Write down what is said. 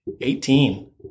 Eighteen